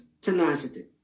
tenacity